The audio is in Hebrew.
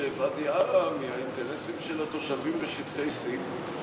בוואדי-עארה מהאינטרסים של התושבים בשטחי C?